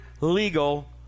legal